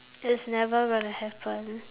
it's never gonna happen